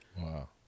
Wow